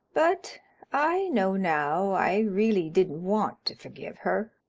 but i know now i really didn't want to forgive her.